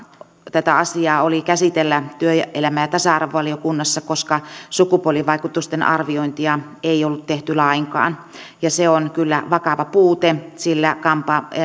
tätä asiaa oli käsitellä työelämä ja tasa arvovaliokunnassa koska sukupuolivaikutusten arviointia ei oltu tehty lainkaan ja se on kyllä vakava puute sillä